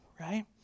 right